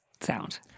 sound